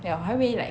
ya 我还以为 like